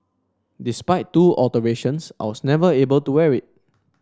despite two alterations I was never able to wear it